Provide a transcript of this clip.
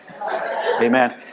Amen